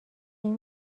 این